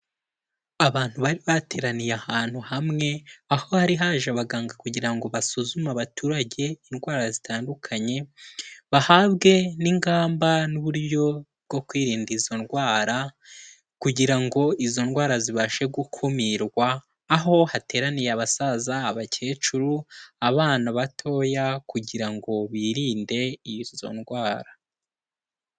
Abantu bari bateraniye ahantu hamwe, aho hari haje abaganga kugira ngo basuzume abaturage indwara zitandukanye, bahabwe n'ingamba n'uburyo bwo kwirinda izo ndwara kugira ngo izo ndwara zibashe gukumirwa aho hateraniye abasaza, abakecuru, abana batoya kugira ngo birinde izo ndwara.